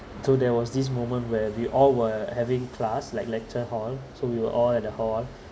so there was this moment where we all were having class like lecture hall so we were all at a hall